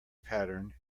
pattern